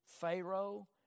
Pharaoh